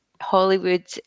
Hollywood